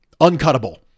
uncuttable